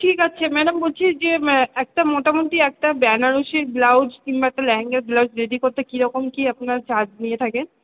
ঠিক আছে ম্যাডাম বলছি যে একটা মোটামোটি একটা বেনারসির ব্লাউজ কিংবা একটা লাহেঙ্গার ব্লাউজ রেডি করতে কিরকম কি আপনার চার্জ নিয়ে থাকেন